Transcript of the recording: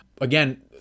Again